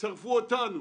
שרפו אותנו.